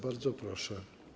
Bardzo proszę.